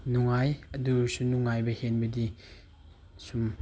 ꯅꯨꯡꯉꯥꯏ ꯑꯗꯨ ꯑꯣꯏꯔꯁꯨ ꯅꯨꯡꯉꯥꯏꯕ ꯍꯦꯟꯕꯗꯤ ꯁꯨꯝ